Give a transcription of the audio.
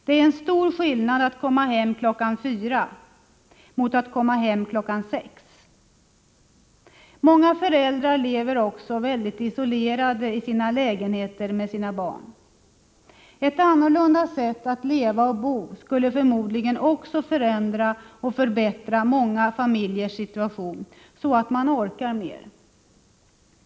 Det är en stor skillnad att komma hem klockan fyra mot att komma hem klockan sex. Många föräldrar lever också väldigt isolerade i sina lägenheter med sina barn. Ett annorlunda sätt att leva och bo skulle förmodligen också förändra och förbättra många familjers situation, så att man orkar mer.